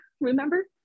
remember